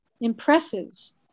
impresses